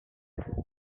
for